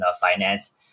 Finance